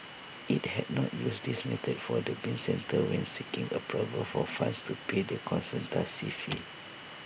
IT had not used this method for the bin centre when seeking approval for funds to pay the consultancy fee